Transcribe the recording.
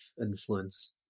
influence